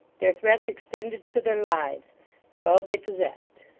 their threats extended to their lives and all they possessed.